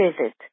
visit